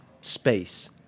space